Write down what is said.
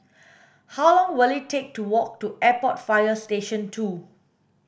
how long will it take to walk to Airport Fire Station two